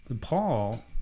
Paul